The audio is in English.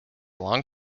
long